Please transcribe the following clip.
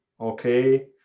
Okay